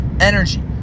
energy